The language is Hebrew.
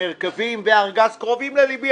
"מרכבים" ו"הארגז" קרובים לליבי.